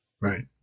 right